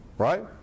Right